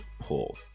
pull